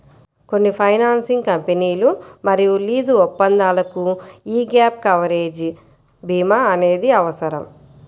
కొన్ని ఫైనాన్సింగ్ కంపెనీలు మరియు లీజు ఒప్పందాలకు యీ గ్యాప్ కవరేజ్ భీమా అనేది అవసరం